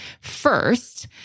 first